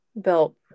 built